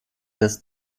des